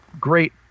great